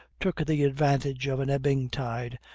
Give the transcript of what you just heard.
took the advantage of an ebbing tide,